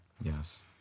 Yes